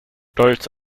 stolz